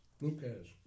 Lucas